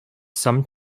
some